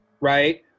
Right